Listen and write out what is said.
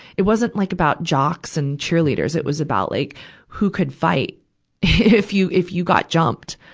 it wasn't like about jocks and cheerleaders. it was about like who could fight if you, if you got jumped,